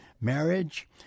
marriage